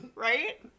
Right